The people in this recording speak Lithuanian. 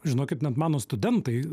žinokit net mano studentai